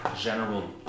general